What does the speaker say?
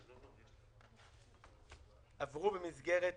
-- עברו במסגרת